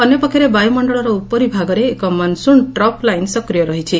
ଅନ୍ୟ ପକ୍ଷରେ ବାୟୁମଖଳର ଉପରି ଭାଗରେ ଏକ ମନସୁନ ଟ୍ରପ୍ ଲାଇନ୍ ସକ୍ରିୟ ରହିଛି